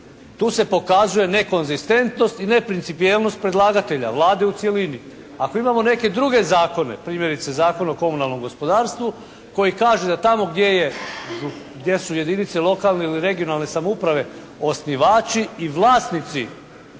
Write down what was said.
Tu se pokazuje nekonzistentnost i neprincipijelnost predlagatelja, Vlade u cjelini. Ako imamo neke druge zakone, primjerice Zakon o komunalnom gospodarstvu koji kaže da tamo gdje je, gdje su jedinice lokalne ili regionalne samouprave osnivači i vlasnici